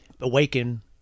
awaken